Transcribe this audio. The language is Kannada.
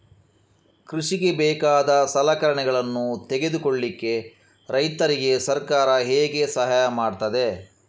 ಕೃಷಿಗೆ ಬೇಕಾದ ಸಲಕರಣೆಗಳನ್ನು ತೆಗೆದುಕೊಳ್ಳಿಕೆ ರೈತರಿಗೆ ಸರ್ಕಾರ ಹೇಗೆ ಸಹಾಯ ಮಾಡ್ತದೆ?